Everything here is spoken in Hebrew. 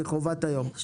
זו חובת היום.